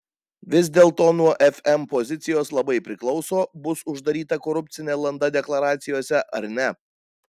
vis dėlto nuo fm pozicijos labai priklauso bus uždaryta korupcinė landa deklaracijose ar ne